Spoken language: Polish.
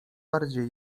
bardziej